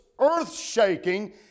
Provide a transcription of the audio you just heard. earth-shaking